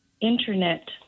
Internet